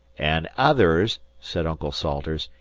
an' others, said uncle salters,